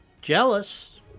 Jealous